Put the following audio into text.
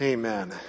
Amen